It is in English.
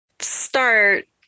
start